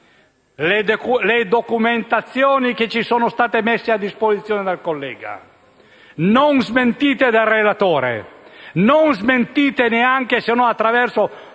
Le documentazioni che ci sono state messe a disposizione dal collega, non smentite dal relatore, non smentite se non attraverso